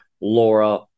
Laura